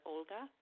Olga